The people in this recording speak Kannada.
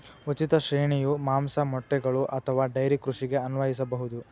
ಉಚಿತ ಶ್ರೇಣಿಯು ಮಾಂಸ, ಮೊಟ್ಟೆಗಳು ಅಥವಾ ಡೈರಿ ಕೃಷಿಗೆ ಅನ್ವಯಿಸಬಹುದು